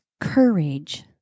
courage